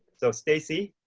so stacey,